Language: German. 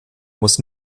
muss